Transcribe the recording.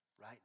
Right